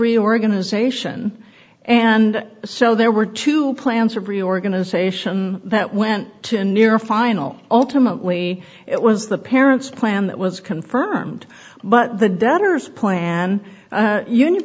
reorganization and so there were two plans of reorganization that went to near final ultimately it was the parents plan that was confirmed but the debtors point and union